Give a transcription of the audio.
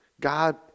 God